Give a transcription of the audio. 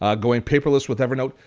ah going paperless with evernote.